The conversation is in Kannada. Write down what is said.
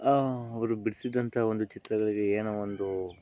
ಆ ಅವರು ಬಿಡಿಸಿದಂಥ ಒಂದು ಚಿತ್ರಗಳಿಗೆ ಏನೋ ಒಂದು